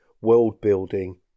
world-building